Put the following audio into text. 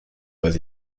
weiß